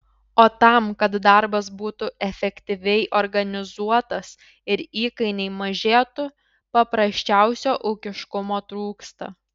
o tam kad darbas būtų efektyviai organizuotas ir įkainiai mažėtų paprasčiausio ūkiškumo trūksta